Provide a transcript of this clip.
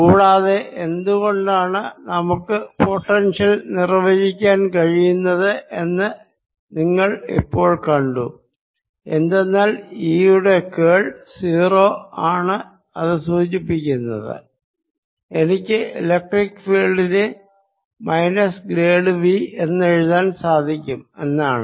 കൂടാതെ എന്തുകൊണ്ടാണ് നമുക്ക് പൊട്ടൻഷ്യൽ നിർവചിക്കാൻ കഴിയുന്നത് എന്ന് നിങ്ങൾ ഇപ്പോൾ കണ്ടു എന്തെന്നാൽ E യുടെ കേൾ 0 ആണ് അത് സൂചിപ്പിക്കുന്നത് എനിക്ക് ഇലക്ട്രിക്ക് ഫീല്ഡിനെ മൈനസ് ഗ്രേഡ് V എന്നെഴുതാൻ സാധിക്കും എന്നാണ്